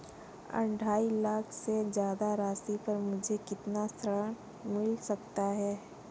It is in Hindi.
ढाई लाख से ज्यादा राशि पर मुझे कितना ऋण मिल सकता है?